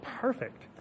perfect